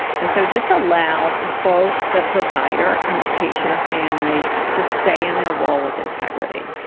and so this allows both the provider and the patient or family to stay in their role with integrity.